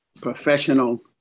professional